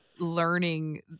learning